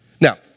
Now